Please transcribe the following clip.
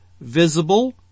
visible